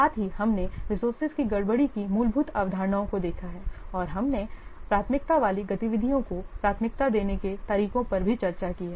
साथ ही हमने रिसोर्सेज की गड़बड़ी की मूलभूत अवधारणाओं को देखा है और हमने प्राथमिकता वाली गतिविधियों को प्राथमिकता देने के तरीकों पर भी चर्चा की है